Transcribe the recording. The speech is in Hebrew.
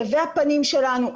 תווי הפנים שלנו,